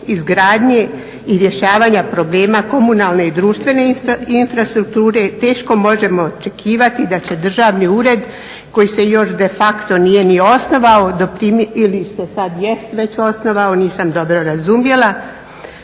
izgradnje i rješavanja problema komunalne i društvene infrastrukture teško možemo očekivati da će državni ured koji se još de facto nije ni osnovao ili sada već jest osnovao, nisam dobro razumjela,